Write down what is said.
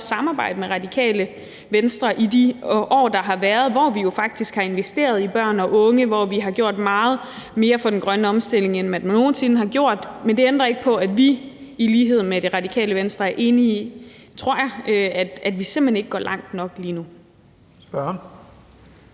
samarbejde med De Radikale på de områder i de år, der har været, hvor vi jo faktisk har investeret i børn og unge, og hvor vi har gjort meget mere for den grønne omstilling, end man nogen sinde har gjort. Men det ændrer ikke på, at vi i lighed med Radikale Venstre er enig i, tror jeg, at vi simpelt hen ikke går langt nok lige nu.